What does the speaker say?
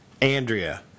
Andrea